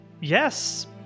yes